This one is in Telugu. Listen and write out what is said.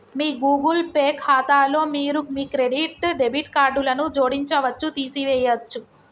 మీ గూగుల్ పే ఖాతాలో మీరు మీ క్రెడిట్, డెబిట్ కార్డులను జోడించవచ్చు, తీసివేయచ్చు